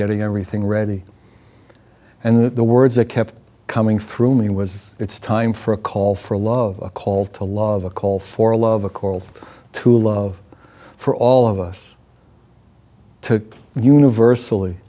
getting everything ready and the words that kept coming through me was it's time for a call for love a call to love a call for love a call to love for all of us to universally